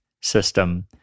system